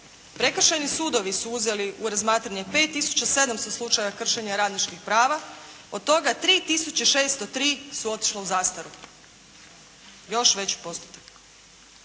Prekršajni sudovi su uzeli u razmatranje 5 tisuća 700 slučajeva kršenja radničkih prava, od toga 3 tisuće 603 su otišla u zastaru. Još veći postotak.